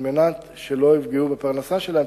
על מנת שלא יפגעו בפרנסה שלהם.